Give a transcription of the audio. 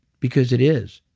because it is.